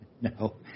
No